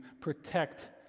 protect